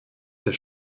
der